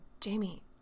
Jamie